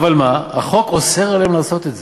אבל החוק אוסר עליהם לעשות את זה.